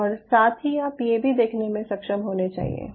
और साथ ही आप ये भी देखने में सक्षम होने चाहियें